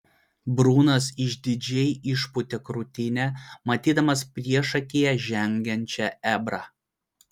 brunas išdidžiai išpūtė krūtinę matydamas priešakyje žengiančią ebrą